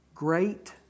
Great